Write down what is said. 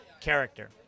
character